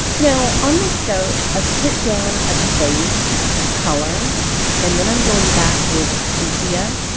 now on this goat i've put down a base color and then i'm going back with sepia,